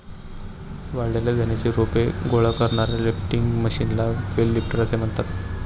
वाळलेल्या धान्याची रोपे गोळा करणाऱ्या लिफ्टिंग मशीनला बेल लिफ्टर असे म्हणतात